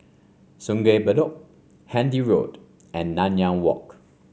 Sungei Bedok Handy Road and Nanyang Walk